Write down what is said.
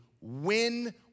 win